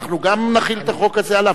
אנחנו נחיל את החוק הזה גם עליו?